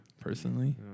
Personally